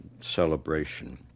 celebration